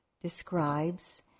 describes